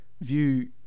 view